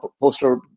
poster